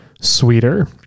sweeter